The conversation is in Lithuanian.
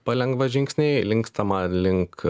palengva žingsniai linkstama link